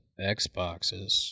Xboxes